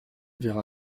verra